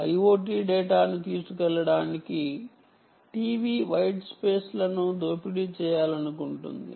IoT డేటాను తీసుకువెళ్ళడానికి TV white స్పేస్లను దోపిడీ చేయాలనుకుంటుంది